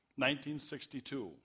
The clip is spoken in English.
1962